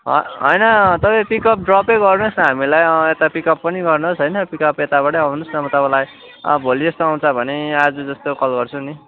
ह होइन तपाईँ पिकअप ड्रपै गर्नुहोस् न हामीलाई यता पिकअप पनि गर्नुहोस् होइन पिकआप यताबाट आउनुहोस् म तपाईँलाई अब भोलि जस्तो आउँछ भने आज जस्तो कल गर्छु नि